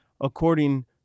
according